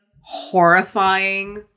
horrifying